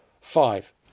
Five